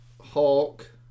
Hawk